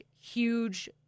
huge